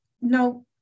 no